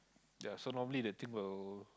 ya so normally the thing will